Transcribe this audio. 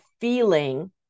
feeling